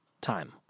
time